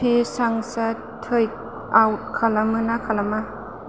P चांसा take out खालामो ना खालामा